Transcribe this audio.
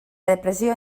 depressió